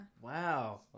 Wow